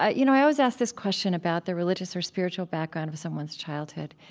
ah you know i always ask this question about the religious or spiritual background of someone's childhood.